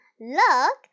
Look